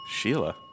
Sheila